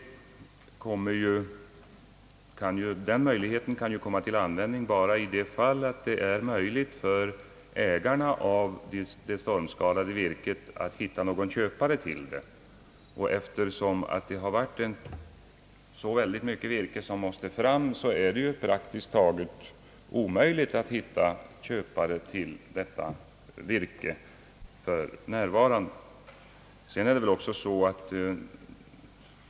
Den möjligheten kan emellertid komma till användning enbart när ägarna av det stormskadade virket kan hitta någon köpare till det. Eftersom så oerhört mycket virke måste fram, är det ju praktiskt taget omöjligt att för närvarande finna köpare.